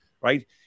right